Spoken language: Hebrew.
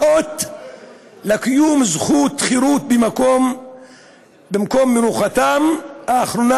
אות לקיום זכות חירות במקום מנוחתם האחרונה,